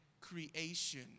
creation